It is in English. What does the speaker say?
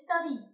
study